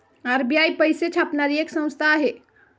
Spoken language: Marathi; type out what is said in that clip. आर.बी.आय पैसे छापणारी एक संस्था आहे